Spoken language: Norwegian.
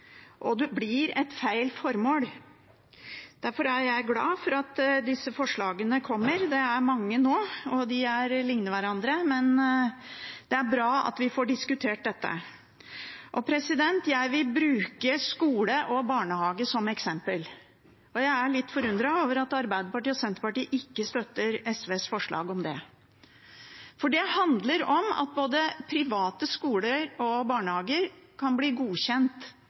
og det blir feil formål. Derfor er jeg glad for at disse forslagene kommer. De er mange nå, og de ligner hverandre, men det er bra at vi får diskutert dette. Jeg vil bruke skole og barnehage som eksempel. Jeg er litt forundret over at Arbeiderpartiet og Senterpartiet ikke støtter SVs forslag om det, for det handler om at både private skoler og barnehager kan bli godkjent